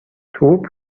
توپ